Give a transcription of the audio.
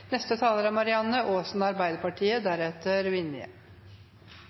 Neste taler er